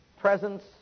presence